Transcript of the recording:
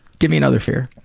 give me another fear.